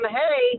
hey